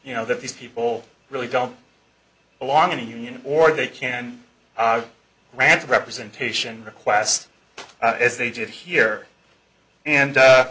you know that these people really don't belong in the union or they can grant representation request as they did here and